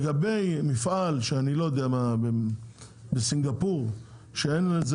אם מדובר במפעל בסינגפור למשל,